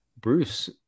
Bruce